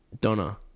Donna